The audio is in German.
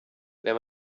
wenn